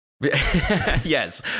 yes